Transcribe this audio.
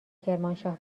کرمانشاه